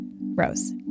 Rose